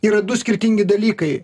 yra du skirtingi dalykai